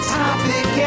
topic